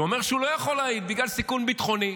שאומר שהוא לא יכול להעיד בגלל סיכון ביטחוני.